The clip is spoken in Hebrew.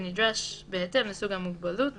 כנדרש בהתאם לסוג המוגבלות,